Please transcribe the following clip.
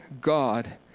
God